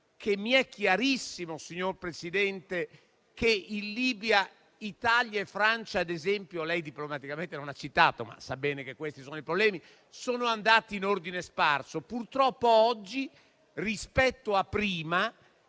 che mi è chiarissimo, signor Presidente, che lì Italia e Francia - che lei, diplomaticamente, non lo ha citato, ma sa bene che questi sono i problemi - sono andate in ordine sparso. Oggi, purtroppo, rispetto a prima,